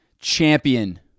champion